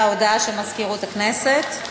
הודעה של מזכירות הכנסת.